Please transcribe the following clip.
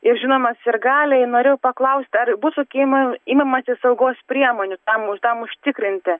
ir žinoma sirgaliai norėjau paklausti ar bus sukimą imamasi saugos priemonių tam tam užtikrinti